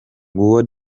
nguwo